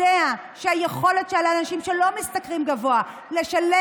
יודע על האי-יכולת של האנשים שלא משתכרים שכר גבוה לשלם